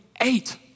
eight